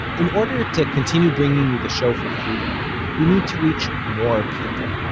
in order to continue bringing you the show for free we need to reach more people.